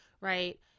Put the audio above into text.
right